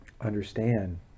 understand